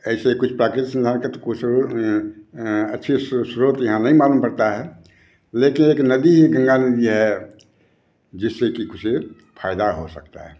ऐसे ही कुछ प्राकृतिक संसाधन के तो कोई अच्छे स्रोत यहाँ नहीं मालूम पड़ता है लेकिन एक नदी एक नल ये है जिससे कि कुछ फायदा हो सकता है